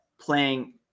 playing –